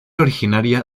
originaria